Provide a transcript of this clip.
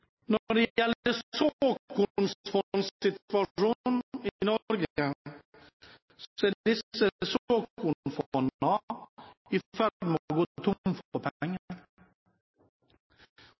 Når det gjelder såkornfondsituasjonen i Norge, er såkornfondene i ferd med å gå tomme for